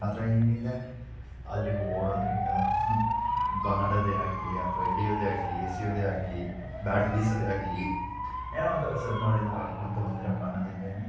ಆ ಥರ ಏನಿದೆ ಅಲ್ಲಿ ಓಡೋದರಿಂದ ಬಾ ಆಡೊದೇ ಆಗಲಿ ಅಥವಾ ಹಿಡಿಯೋದೇ ಆಗಲಿ ಎಸೆಯೋದೇ ಆಗಲಿ ಬ್ಯಾಟ್ ಬೀಸೋದೇ ಆಗಲಿ ಏನೋ ಒಂಥರ ಸಣ್ಣವರಿಂದ ಆಡ್ಕೊತ ಬಂದಿರೋ ಕಾರಣದಿಂದ ಏನು